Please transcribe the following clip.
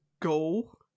go